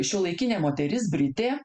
šiuolaikinė moteris britė